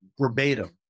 verbatim